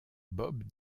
bob